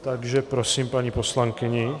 Takže prosím paní poslankyni.